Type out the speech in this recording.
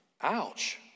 Ouch